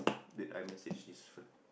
did I message this fella